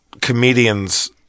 comedians